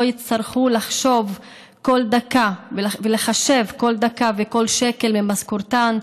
לא יצטרכו לחשב כל דקה וכל שקל ממשכורתן,